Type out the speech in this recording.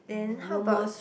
then how about